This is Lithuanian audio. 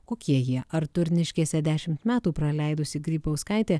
kokie jie ar turniškėse dešimt metų praleidusi grybauskaitė